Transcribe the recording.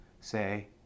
say